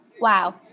Wow